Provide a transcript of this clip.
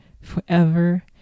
forever